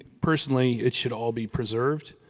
personally, it should all be preserved.